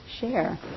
share